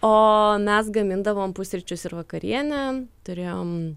o mes gamindavom pusryčius ir vakarienę turėjom